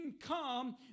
come